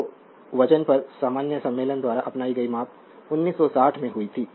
तो वज़न पर सामान्य सम्मेलन द्वारा अपनाई गई माप 1960 में हुई थी